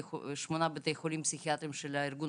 שמונה בתי חולים פסיכיאטריים של ארגון